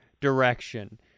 direction